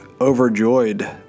overjoyed